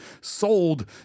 sold